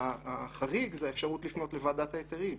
והחריג זה האפשרות לפנות לוועדת ההיתרים,